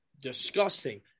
disgusting